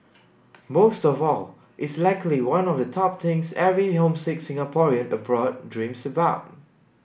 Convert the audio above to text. most of all it's likely one of the top things every homesick Singaporean abroad dreams about